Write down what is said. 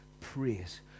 praise